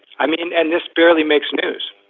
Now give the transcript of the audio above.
i mean, and this barely makes news.